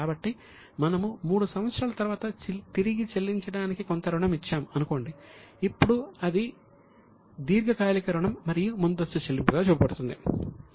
కాబట్టి మనము 3 సంవత్సరాల తరువాత తిరిగి చెల్లించటానికి కొంత రుణం ఇచ్చాము అనుకోండి అప్పుడు అది దీర్ఘకాలిక రుణం మరియు ముందస్తు చెల్లింపుగా చూపబడుతుంది